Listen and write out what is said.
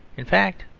in fact,